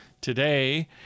today